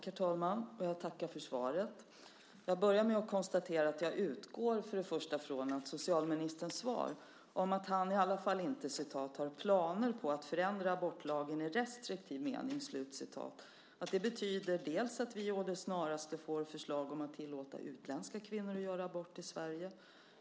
Herr talman! Jag tackar för svaret. Jag börjar med att konstatera att jag för det första utgår ifrån att socialministerns svar, om att han i alla fall inte har planer på att förändra abortlagen i restriktiv mening, betyder att vi å det snaraste får förslag om att tillåta utländska kvinnor att göra abort i Sverige.